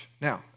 Now